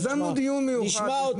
יזמנו דיון מיוחד.